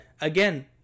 again